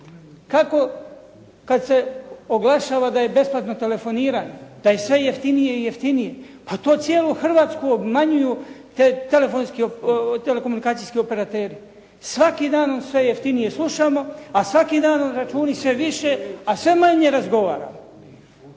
Kako kada se oglašava da je besplatno telefoniranje, da je sve jeftinije i jeftinije? Pa to cijelu Hrvatsku obmanjuju telekomunikacijski operateri. Svakim danom sve jeftinije slušamo, a svakim danom računi sve više, a sve manje razgovaramo.